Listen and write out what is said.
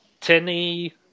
tinny